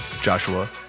Joshua